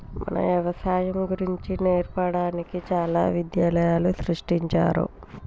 మన యవసాయం గురించి నేర్పడానికి చాలా విద్యాలయాలు సృష్టించారు